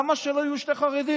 למה שלא יהיו שני חרדים?